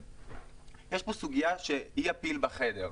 יש פה סוגייה שהיא הפיל בחדר.